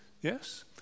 Yes